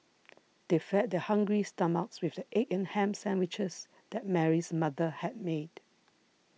they fed their hungry stomachs with the egg and ham sandwiches that Mary's mother had made